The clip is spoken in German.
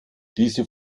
diese